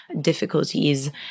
difficulties